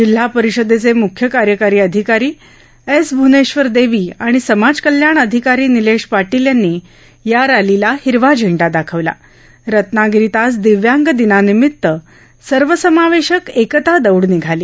जिल्हा परिषदेचे मुख्य कार्यकारी अधिकारी एस भुनेश्वर देवी आणि समाज कल्याण अधिकारी निलेश पाटील यांनी या रॅलीला हिरवा झेंडा दाखवला रत्नागिरीत आज दिव्यांग दिना निमित सर्वसमावेशक एकता दौड निघाली